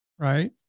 Right